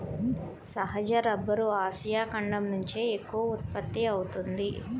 సహజ rubber Asia ఖండం నుంచే ఎక్కువగా ఉత్పత్తి అవుతోంది